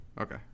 Okay